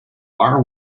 are